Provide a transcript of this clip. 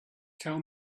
tell